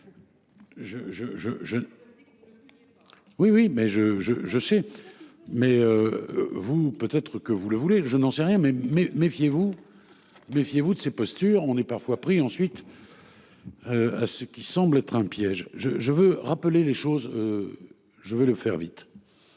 Oui oui mais je je je sais mais. Vous, peut-être que vous le voulez, je n'en sais rien mais mais, méfiez-vous. Méfiez-vous de ces postures. On est parfois pris ensuite. À ce qui semble être un piège. Je je veux rappeler les choses. Je vais le faire vite.